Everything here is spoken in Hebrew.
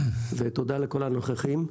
ותודה לכל הנוכחים.